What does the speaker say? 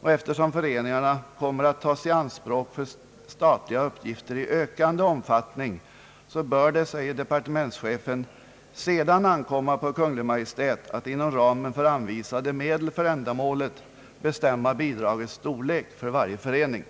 och eftersom de kommer att tas i anspråk för statliga uppgifter i ökande omfattning bör det, säger departementschefen, sedan ankomma på Kungl. Maj:t att inom ramen för anvisade medel för ändamålet bestämma bidragets storlek för varje förening.